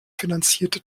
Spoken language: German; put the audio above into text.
finanzierte